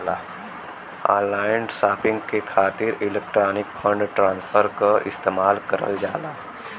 online shopping के खातिर electronic fund transfer क इस्तेमाल करल जाला